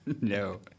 No